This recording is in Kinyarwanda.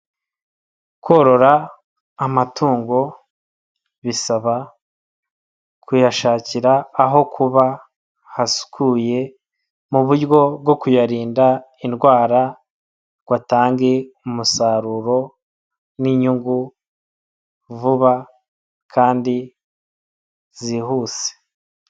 Korora amatungo bisaba kuyashakira aho kuba hasukuye mu buryo bwo kuyarinda indwara ngo atange umusaruro n'inyungu vuba kandi zihuse.